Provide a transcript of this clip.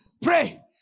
Pray